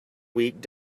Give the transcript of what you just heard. weak